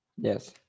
Yes